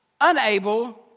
unable